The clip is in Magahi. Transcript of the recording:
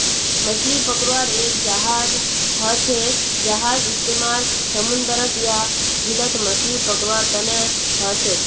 मछली पकड़वार एक जहाज हछेक जहार इस्तेमाल समूंदरत या झीलत मछली पकड़वार तने हछेक